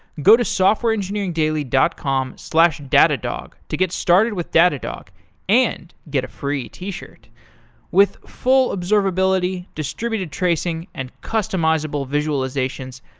go to softwareengineeringdaily dot com slash datadog to get started with datadog and get a free t-shirt. with full observability, distributed tracing, and customizable visualizations,